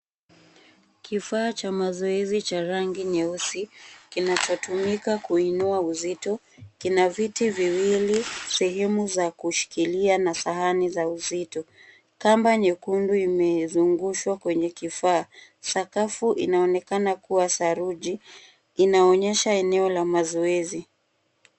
Kifaa cha mazoezi cha rangi nyeusi kinachotumika kuinua uzito kina viti viwili sehemu za kushikilia na sahani za uzito. Kamba nyekundu imezungushwa kwenye kifaa. Sakafu inaonekana kuwa saruji inaonyesha eneo la mazoezi.